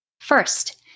First